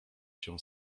się